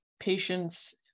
patients